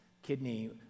Kidney